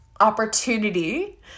opportunity